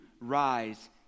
rise